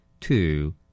Two